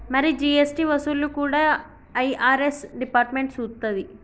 మరి జీ.ఎస్.టి వసూళ్లు కూడా ఐ.ఆర్.ఎస్ డిపార్ట్మెంట్ సూత్తది